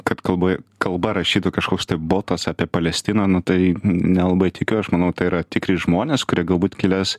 kad kalboj kalba rašytų kažkoks tai botas apie palestiną nu tai n nelabai tikiu aš manau tai yra tikri žmonės kurie galbūt kelias